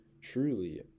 truly